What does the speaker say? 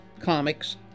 comics